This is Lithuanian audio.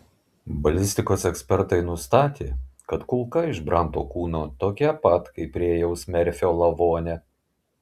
balistikos ekspertai nustatė kad kulka iš branto kūno tokia pat kaip rėjaus merfio lavone